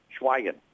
Schweigen